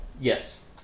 yes